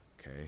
okay